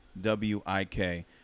W-I-K